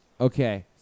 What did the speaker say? Okay